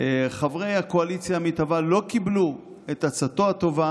חברי הקואליציה המתהווה לא קיבלו את עצתו הטובה